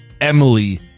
Emily